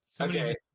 Okay